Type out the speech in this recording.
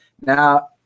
Now